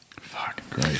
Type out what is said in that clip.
Fuck